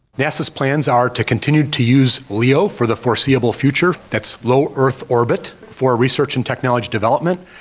nasa's plans are to continue to use leo for the foreseeable future that's low earth orbit for research and technology development.